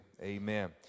Amen